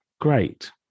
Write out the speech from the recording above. great